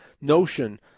notion